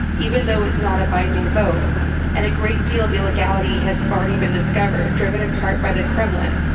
even though it's not a binding vote and a great deal of illegality has already been discovered, driven in part by the kremlin,